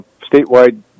statewide